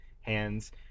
hands –